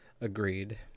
Agreed